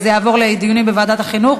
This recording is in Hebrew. זה יעבור לדיונים בוועדת החינוך,